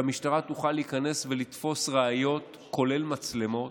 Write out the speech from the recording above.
שהמשטרה תוכל להיכנס ולתפוס ראיות, כולל מצלמות,